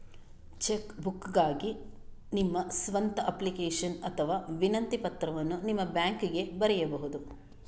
check ಬುಕ್ಗಾಗಿ ನಿಮ್ಮ ಸ್ವಂತ ಅಪ್ಲಿಕೇಶನ್ ಅಥವಾ ವಿನಂತಿ ಪತ್ರವನ್ನು ನಿಮ್ಮ ಬ್ಯಾಂಕಿಗೆ ಬರೆಯಬಹುದು